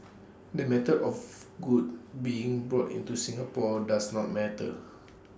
the method of goods being brought into Singapore does not matter